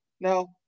No